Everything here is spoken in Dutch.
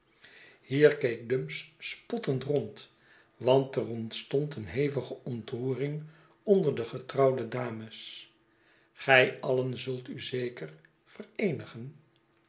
hier keek dumps spottend rond want er oritstond een hevige ontroering onder de getrouwde dames gij alien zult u zeker vereenigen